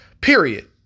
period